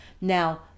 Now